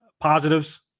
positives